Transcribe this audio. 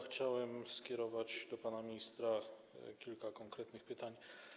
Chciałbym skierować do pana ministra kilka konkretnych pytań.